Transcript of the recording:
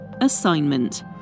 Assignment